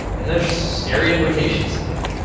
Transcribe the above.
and there's scary implications to that.